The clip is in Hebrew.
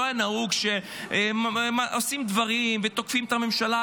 לא היה נהוג שעושים דברים ותוקפים את הממשלה,